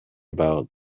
about